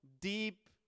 deep